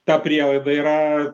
ta prielaida yra